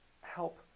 help